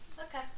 okay